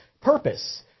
purpose